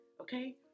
okay